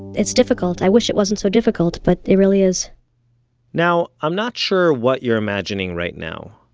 it's difficult. i wish it wasn't so difficult, but it really is now, i'm not sure what you're imagining right now.